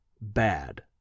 bad